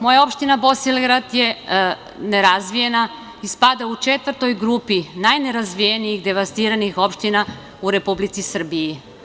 Moja opština Bosilegrad je nerazvijena i spada u četvrtu grupu najnerazvijenijih devastiranih opština u Republici Srbiji.